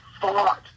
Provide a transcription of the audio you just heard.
fought